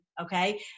okay